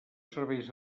serveis